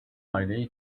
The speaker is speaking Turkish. aileyi